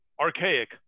Archaic